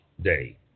Day